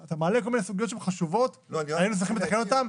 אתה מעלה כל מיני סוגיות שהן חשובות והיינו צריכים לתקן אותן,